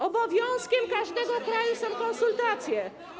Obowiązkiem każdego kraju są konsultacje.